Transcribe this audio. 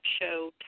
show